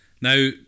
Now